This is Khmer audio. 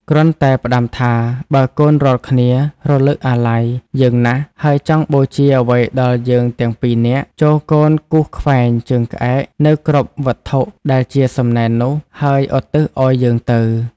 គ្រាន់តែផ្តាំថា “បើកូនរាល់គ្នា រលឹកអាល័យ យើងណាស់ ហើយចង់បូជាអ្វីដល់យើងទាំងពីរនាក់ ចូរកូនគូសខ្វែងជើងក្អែកនៅគ្រប់វត្ថុដែលជាសំណែននោះ ហើយឧទ្ទិសឲ្យយើងទៅ។